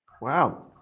Wow